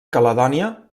caledònia